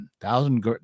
thousand